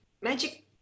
magic